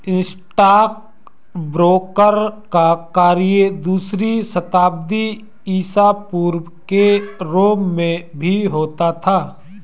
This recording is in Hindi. स्टॉकब्रोकर का कार्य दूसरी शताब्दी ईसा पूर्व के रोम में भी होता था